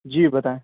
جی بتائیں